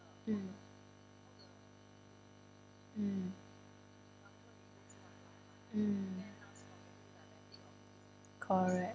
mm mm mm correct